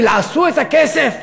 תלעסו את הכסף?